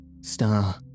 Star